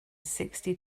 sixty